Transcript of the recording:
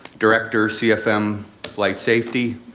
director, cfm like safety.